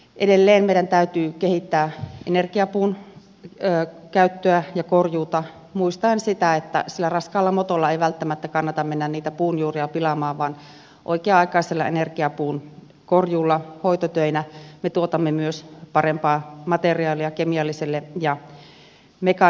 edelleen meidän täytyy kehittää energiapuun käyttöä ja korjuuta muistaen että sillä raskaalla motolla ei välttämättä kannata mennä niitä puunjuuria pilaamaan vaan oikea aikaisella energiapuun korjuulla hoitotöinä me tuotamme myös parempaa materiaalia kemialliselle ja mekaaniselle puunjalostukselle